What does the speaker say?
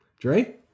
Dre